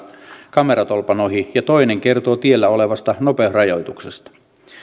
kameratolpan ohi ja toinen kertoo tiellä olevasta nopeusrajoituksesta